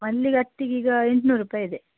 ಮಲ್ಲಿಗಟ್ಟಿಗೆ ಈಗ ಎಂಟುನೂರು ರೂಪಾಯಿ ಇದೆ